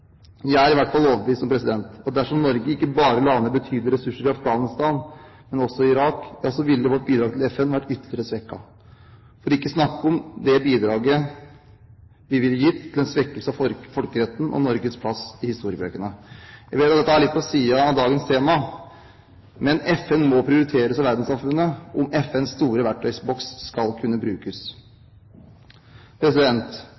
Jeg er i hvert fall overbevist om at dersom Norge ikke bare la ned betydelige ressurser i Afghanistan, men også i Irak, ville vårt bidrag til FN vært ytterligere svekket, for ikke å snakke om det bidraget vi ville gitt til en svekkelse av folkeretten og Norges plass i historiebøkene. Jeg vet at dette er litt på siden av dagens tema, men FN må prioriteres av verdenssamfunnet om FNs store verktøyboks skal kunne brukes.